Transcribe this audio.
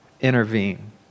intervene